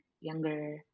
younger